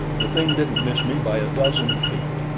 the thing didn't miss me by a dozen feet,